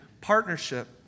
partnership